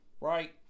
right